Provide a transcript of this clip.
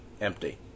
empty